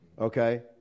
Okay